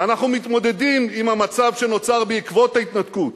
ואנחנו מתמודדים עם המצב שנוצר בעקבות ההתנתקות.